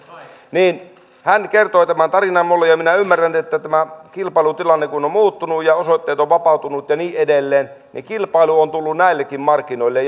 hän kertoi tämän tarinan minulle ja minä ymmärrän että kun tämä kilpailutilanne on muuttunut ja osoitteet ovat vapautuneet ja niin edelleen niin kilpailu on tullut näillekin markkinoille